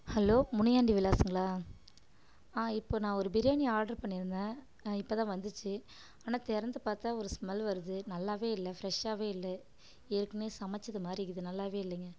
hello Muniyandi விலாஸுங்களா ஆ இப்போ நான் ஒரு பிரியாணி ஆர்டர் பண்ணியிருந்தேன் இப்போ தான் வந்துச்சு ஆனால் திறந்து பார்த்தா ஒரு ஸ்மெல் வருது நல்லா இல்லை ஃப்ரெஷ்ஷாக இல்லை ஏற்கனவே சமைத்தது மாதிரி இருக்குது நல்லா இல்லைங்க